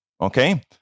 Okay